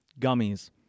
gummies